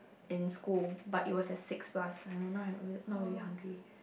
in school but it was at six plus I don't know not really hungry